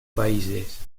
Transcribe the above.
países